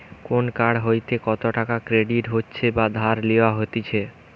কোন কার্ড হইতে কত টাকা ক্রেডিট হচ্ছে বা ধার লেওয়া হতিছে